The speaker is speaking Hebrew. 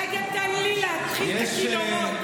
רגע, תן לי להתחיל בכינורות.